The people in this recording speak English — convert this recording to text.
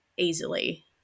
Easily